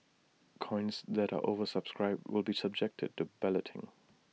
coins that are oversubscribed will be subjected to balloting